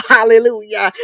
Hallelujah